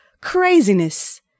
craziness